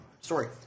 Story